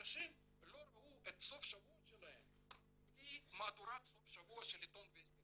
האנשים לא ראו את סוף השבוע שלהם בלי מהדורת סוף השבוע של עיתון וסטי,